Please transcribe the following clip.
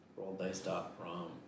RollDice.com